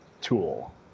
tool